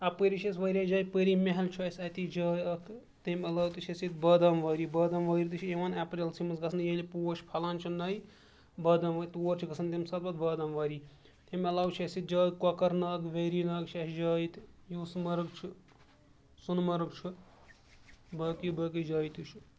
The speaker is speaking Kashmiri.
اَپٲری چھِ اَسہِ واریاہ جایہِ پٔری محل چھُ اَسہِ اَتی جاے اَکھ تمہِ علاوٕ تہِ چھِ اَسہِ ییٚتہِ بادام واری بادام واری تہِ چھِ یِوان اپریل سٕے منٛز گژھںہٕ ییٚلہِ پوش پھَلان چھِ نیہِ بادام وارِ تور چھِ گژھان تمہِ ساتہٕ پَتہٕ بادام واری تمہِ علاوٕ چھِ اَسہِ ییٚتہِ جاے کۄکَر ناگ ویری ناگ چھِ اَسہِ جاے ییٚتہِ یوٗس مرٕگ چھُ سۄنہٕ مرٕگ چھُ باقٕے باقٕے جایہِ تہِ چھُ